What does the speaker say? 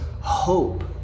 hope